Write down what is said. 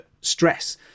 stress